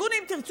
ארגון אם תרצו,